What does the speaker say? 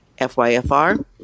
FYFR